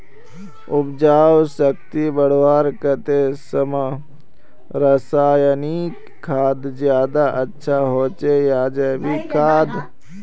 उपजाऊ शक्ति बढ़वार केते रासायनिक खाद ज्यादा अच्छा होचे या जैविक खाद?